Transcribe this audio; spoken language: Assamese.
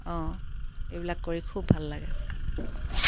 অ' এইবিলাক কৰি খুব ভাল লাগে